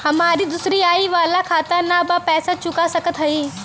हमारी दूसरी आई वाला खाता ना बा पैसा चुका सकत हई?